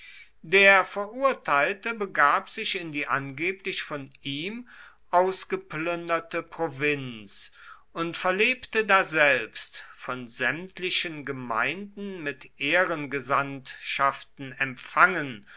der verurteilte begab sich in die angeblich von ihm ausgeplünderte provinz und verlebte daselbst von sämtlichen gemeinden mit ehrengesandtschaften empfangen